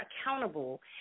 accountable